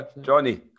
Johnny